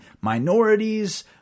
minorities